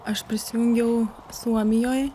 aš prisijungiau suomijoj